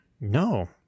No